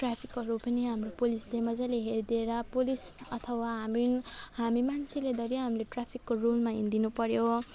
ट्राफिकहरू पनि हाम्रो पुलिसले मजाले हेरिदिएर पुलिस अथवा हामी हामी मान्छेले धरी हामीले ट्राफ्कको रुलमा हिँडिदिनु पर्यो